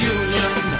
union